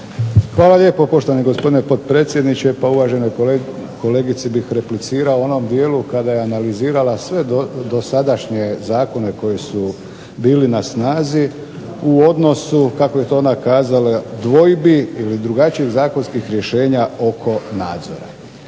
Hvala lijepo, poštovani gospodine potpredsjedniče. Uvaženoj kolegici bih replicirao u onom dijelu kada je analizirala sve dosadašnje zakone koji su bili na snazi u odnosu kako je to ona kazala dvojbi ili drugačijih zakonskih rješenja oko nadzora.